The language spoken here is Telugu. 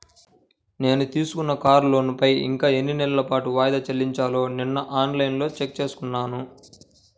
నేను తీసుకున్న కారు లోనుపైన ఇంకా ఎన్ని నెలల పాటు వాయిదాలు చెల్లించాలో నిన్నఆన్ లైన్లో చెక్ చేసుకున్నాను